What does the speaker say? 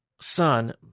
Son